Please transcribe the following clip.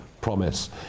promise